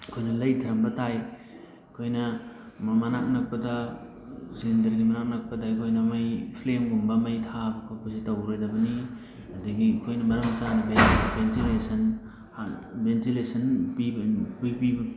ꯑꯩꯈꯣꯏꯅ ꯂꯩꯊꯔꯝꯕ ꯇꯥꯏ ꯑꯩꯈꯣꯏꯅ ꯃꯅꯥꯛ ꯅꯛꯄꯗ ꯁꯤꯂꯤꯟꯗꯔꯒꯤ ꯃꯅꯥꯛ ꯅꯛꯄꯗ ꯑꯩꯈꯣꯏꯅ ꯃꯩ ꯐ꯭ꯂꯦꯝꯒꯨꯝꯕ ꯃꯩ ꯊꯥꯕ ꯈꯣꯠꯄꯁꯦ ꯇꯧꯔꯣꯏꯗꯕꯅꯤ ꯑꯗꯒꯤ ꯑꯩꯈꯣꯏꯅ ꯃꯔꯝ ꯆꯥꯅ ꯚꯦꯟꯇꯤꯂꯦꯁꯟ ꯚꯦꯟꯇꯤꯂꯦꯁꯟ ꯄꯤꯕ ꯑꯩꯈꯣꯏ ꯄꯤꯕ